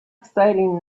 exciting